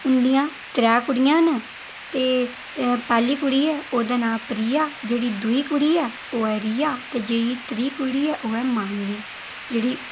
उंदियां त्रै कुड़ियां न ते पैह्ली कुड़ी ऐ ओह्दा नांऽ प्रिया जेह्ड़ी दूई कुड़ी ऐ ओह् ऐ रिया ते जेह्ड़ी त्री कुड़ी ऐ ओह् ऐ मानवी जेह्ड़ी